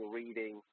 reading